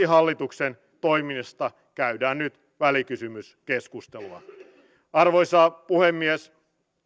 hallituksen toiminnasta käydään nyt välikysymyskeskustelua arvoisa puhemies